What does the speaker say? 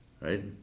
right